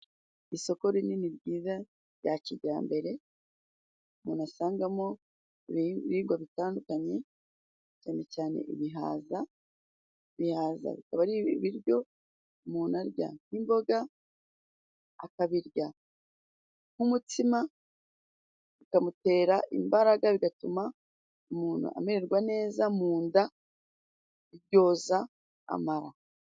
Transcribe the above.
Isoko rinini ryiza rya kijyambere umuntu asangamo ibiribwa bitandukanye. Cyane cyane ibihaza. Ibihaza bikaba ari ibiryo umuntu arya nk'imboga, akabirya nk'umutsima, bikamutera imbaraga. Bigatuma umuntu amererwa neza mu nda, byoza amara.